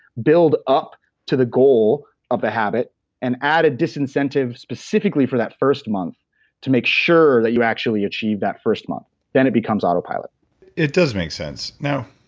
build up to the goal of a habit and add a disincentive, specifically for that first month to make sure that you actually achieve that first month then it become autopilot it does make sense. now,